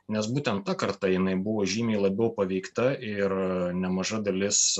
nes būtent ta karta jinai buvo žymiai labiau paveikta ir nemaža dalis